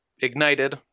ignited